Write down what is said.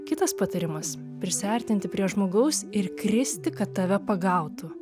kitas patarimas prisiartinti prie žmogaus ir kristi kad tave pagautų